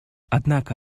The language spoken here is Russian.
однако